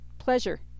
pleasure